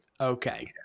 okay